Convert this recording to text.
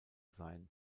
sein